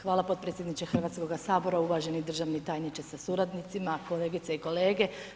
Hvala potpredsjedniče Hrvatskoga sabora, uvaženi državni tajniče sa suradnicima, kolegice i kolege.